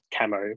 camo